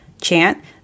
chant